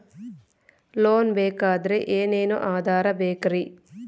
Loan ಬೇಕಾದ್ರೆ ಏನೇನು ಆಧಾರ ಬೇಕರಿ?